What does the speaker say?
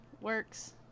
works